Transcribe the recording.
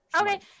Okay